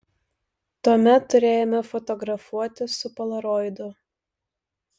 tuomet turėjome fotografuoti su polaroidu